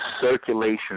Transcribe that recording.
circulation